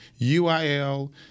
UIL